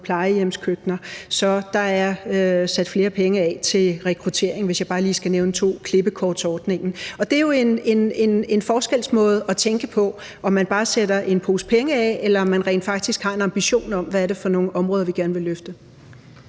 klippekortsordningen, og så der er sat flere penge af til rekruttering, hvis jeg bare lige skal nævne et par ting. Det er jo en forskel i måden at tænke på, om man bare sætter en pose penge af, eller om man rent faktisk har en idé om, hvad det er for nogle områder, man gerne vil løfte.